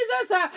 Jesus